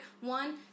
One